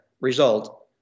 result